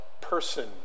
person